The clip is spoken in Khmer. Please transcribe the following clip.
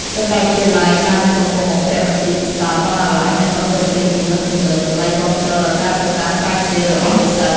សាកលវិទ្យាល័យបាននិងកំពុងបំពាក់មន្ទីរពិសោធន៍ បណ្ណាល័យ និងបន្ទប់រៀនទំនើបៗ ដើម្បីគាំទ្រដល់ការសិក្សាស្រាវជ្រាវរបស់និស្សិត។